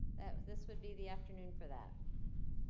this would be the afternoon for that.